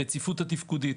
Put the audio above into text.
הרציפות התפקודית,